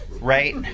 right